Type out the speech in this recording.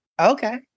Okay